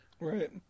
Right